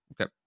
Okay